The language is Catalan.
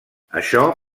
això